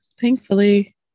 Thankfully